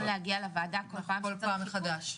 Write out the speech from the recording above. להגיע לוועדה כל פעם שצריך עדכון,